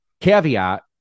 caveat